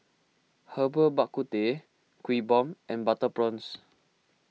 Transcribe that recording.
Herbal Bak Ku Teh Kuih Bom and Butter Prawns